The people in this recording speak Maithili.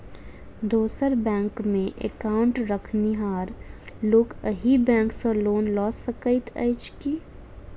दोसर बैंकमे एकाउन्ट रखनिहार लोक अहि बैंक सँ लोन लऽ सकैत अछि की?